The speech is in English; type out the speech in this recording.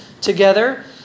together